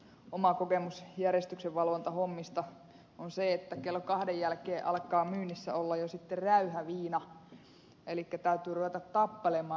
oma kokemus järjestyksenvalvontahommista on se että kello kahden jälkeen alkaa myynnissä olla jo sitten räyhäviina elikkä täytyy ruveta tappelemaan